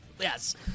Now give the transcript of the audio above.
yes